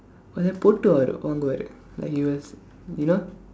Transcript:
what's that போட்டு வாங்குவாரு:pootdu vaangkuvaaru like he was you know